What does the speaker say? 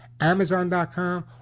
amazon.com